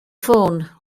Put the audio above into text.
phone